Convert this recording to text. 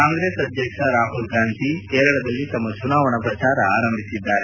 ಕಾಂಗ್ರೆಸ್ ಅಧ್ಯಕ್ಷ ರಾಹುಲ್ ಗಾಂಧಿ ಕೇರಳದಲ್ಲಿ ತಮ್ನ ಚುನಾವಣಾ ಪ್ರಚಾರವನ್ನು ಆರಂಭಿಸಿದ್ದಾರೆ